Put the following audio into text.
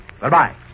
Goodbye